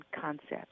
concept